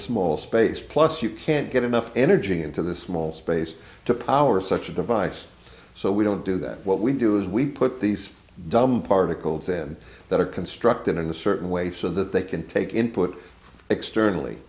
small space plus you can't get enough energy into the small space to power such a device so we don't do that what we do is we put these dumb particles in that are constructed in a certain way so that they can take input externally